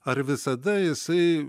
ar visada jisai